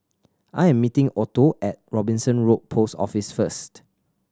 I am meeting Otto at Robinson Road Post Office first